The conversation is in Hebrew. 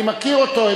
אני מכיר אותו,